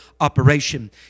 operation